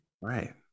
right